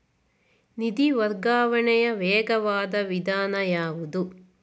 ನಿಧಿ ವರ್ಗಾವಣೆಯ ವೇಗವಾದ ವಿಧಾನ ಯಾವುದು?